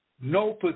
No